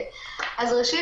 ראשית,